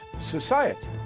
society